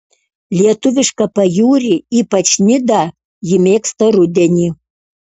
lietuvišką pajūrį ypač nidą ji mėgsta rudenį